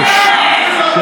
אתה לא קורא להם?